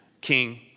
King